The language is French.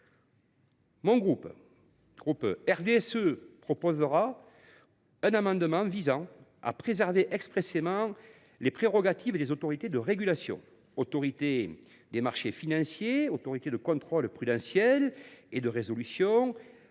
le groupe du RDSE présentera un amendement visant à préserver expressément les prérogatives des autorités de régulation – Autorité des marchés financiers, Autorité de contrôle prudentiel et de résolution